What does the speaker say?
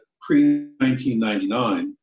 pre-1999